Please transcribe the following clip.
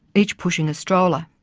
each pushing a stroller.